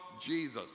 Jesus